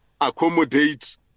accommodate